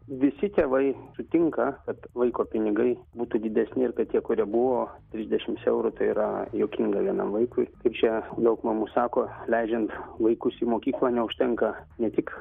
visi tėvai sutinka kad vaiko pinigai būtų didesni ir kad tie kurie buvo trisdešimt eurų tai yra juokinga vienam vaikui kaip čia daug mamų sako leidžiant vaikus į mokyklą neužtenka ne tik